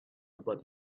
about